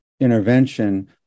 intervention